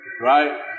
Right